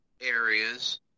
areas